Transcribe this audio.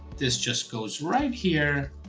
this just goes right here,